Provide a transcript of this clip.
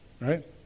right